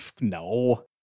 no